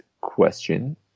question